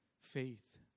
faith